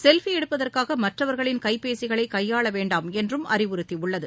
selfie எடுப்பதற்காக மற்றவர்களின் கைபேசிகளை கையாள வேண்டாம் என்றும் அறிவுறுத்தியுள்ளது